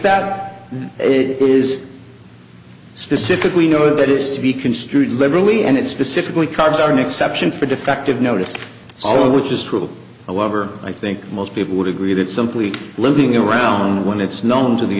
it is specifically noted that is to be construed liberally and it specifically cards are an exception for defective notice all of which is true however i think most people would agree that simply looking around when it's known to the